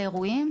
לאירועים,